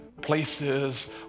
places